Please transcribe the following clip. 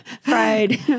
Fried